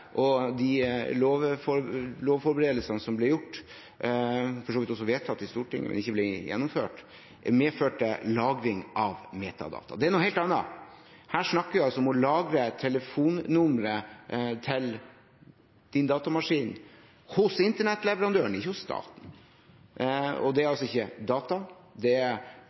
lovforberedelsene som ble gjort – for så vidt vedtatt i Stortinget ikke å bli gjennomført – medførte lagring av metadata. Det er noe helt annet. Her snakker vi om å lagre telefonnumre til ens datamaskin hos internettleverandøren, ikke hos staten. Og det er ikke data, det